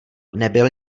nebyl